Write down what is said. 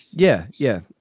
yeah. yeah.